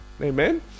Amen